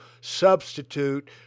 substitute